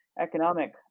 economic